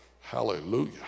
Hallelujah